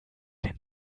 den